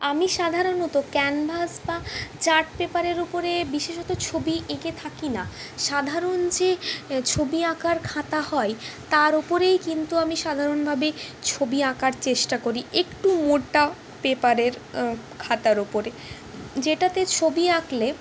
আমি সাধারণত ক্যানভাস বা চার্ট পেপারের উপরে বিশেষত ছবি এঁকে থাকি না সাধারণ যে ছবি আঁকার খাতা হয় তার উপরেই কিন্তু আমি সাধারণভাবে ছবি আঁকার চেষ্টা করি একটু মোটা পেপারের খাতার ওপরে যেটাতে ছবি আঁকলে